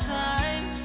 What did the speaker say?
time